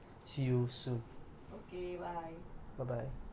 thank you for your time irfan